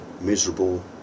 miserable